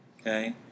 okay